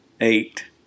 Eight